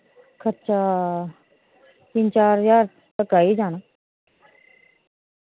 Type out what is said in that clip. खर्चा तीन चार ज्हार तगर आई जाना